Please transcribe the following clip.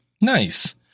Nice